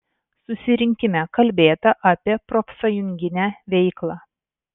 susirinkime kalbėta apie profsąjunginę veiklą